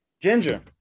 Ginger